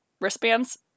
Wristbands